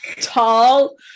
Tall